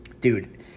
Dude